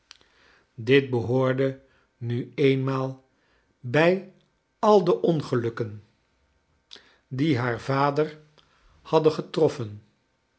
dit behoorde nu eenmaal bij al de ongelukken die haar vader hadden getroffen